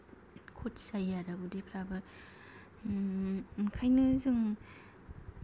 खथि जायो आरो उदैफ्राबो ओंखायनो जों